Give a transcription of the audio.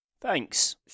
Thanks